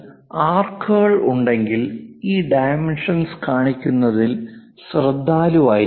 അതിൽ ആർക്കുകൾ ഉണ്ടെങ്കിൽ ഈ ഡൈമെൻഷൻസ് കാണിക്കുന്നതിൽ ശ്രദ്ധാലുവായിരിക്കണം